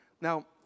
Now